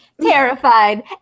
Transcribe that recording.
terrified